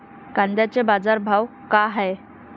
कांद्याचे बाजार भाव का हाये?